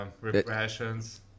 repressions